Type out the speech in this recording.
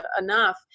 enough